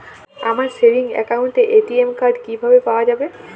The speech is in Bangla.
আমার সেভিংস অ্যাকাউন্টের এ.টি.এম কার্ড কিভাবে পাওয়া যাবে?